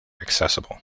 accessible